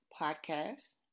podcast